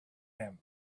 him